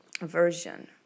version